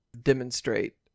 demonstrate